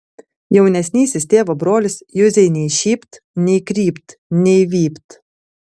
jaunesnysis tėvo brolis juzei nei šypt nei krypt nei vypt